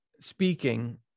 speaking